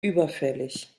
überfällig